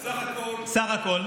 סך הכול, סך הכול.